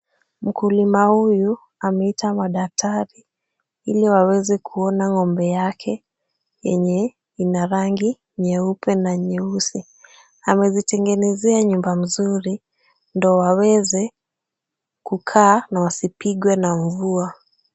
Mkulima huyu ameita madaktari ili waweze kuona ng'ombe yake yenye ina rangi nyeupe na nyeusi. Amezitengenezea nyumba mzuri ndio waweze kukaa na wasipigwe na mvua.